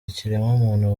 ikiremwamuntu